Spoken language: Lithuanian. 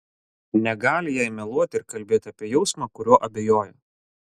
negali jai meluoti ir kalbėti apie jausmą kuriuo abejoja